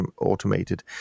automated